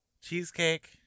Cheesecake